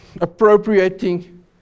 appropriating